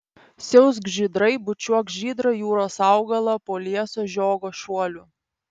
siausk žydrai bučiuok žydrą jūros augalą po lieso žiogo šuoliu